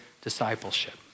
discipleship